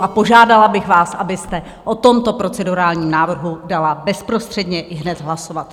A požádala bych vás, abyste o tomto procedurálním návrhu dala bezprostředně ihned hlasovat.